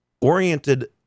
oriented